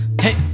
Hey